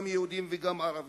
גם יהודים וגם ערבים.